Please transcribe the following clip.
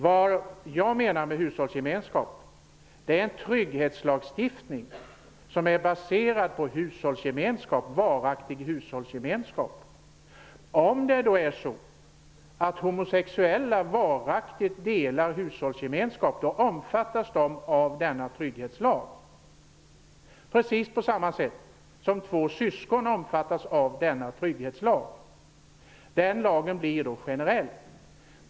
Vad jag menar med en lag om hushållsgemenskap är en trygghetslagstiftning som är baserad på varaktig hushållsgemenskap. Om homosexuella varaktigt delar hushåll omfattas de av denna trygghetslag, precis på samma sätt som två syskon som varaktigt delar hushåll. Den lagen blir då generell.